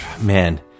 man